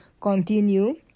continue